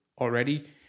already